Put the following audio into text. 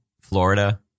Florida